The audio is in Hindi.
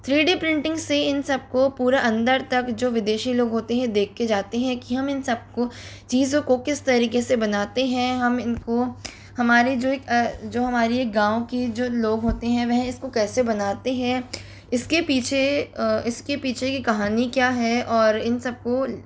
थ्री डी प्रिंटिंग से इन सबको पूरा अंदर तक जो विदेशी लोग होते हैं देख के जाते हैं कि हम इन सबको चीज़ों को किस तरीके से बनाते हैं हम इनको हमारे जो इक जो हमारी एक गाँव की जो लोग होते हैं वह इसको कैसे बनाते हैं इसके पीछे इसके पीछे की कहानी क्या है और इन सबको